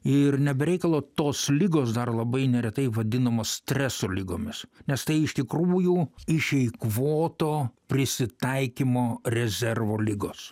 ir ne be reikalo tos ligos dar labai neretai vadinamos streso ligomis nes tai iš tikrųjų išeikvoto prisitaikymo rezervo ligos